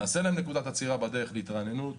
תהיה נקודת עצירה בדרך להתרעננות,